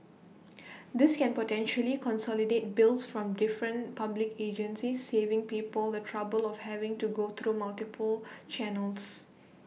this can potentially consolidate bills from different public agencies saving people the trouble of having to go through multiple channels